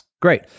Great